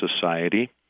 Society